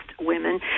women